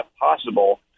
possible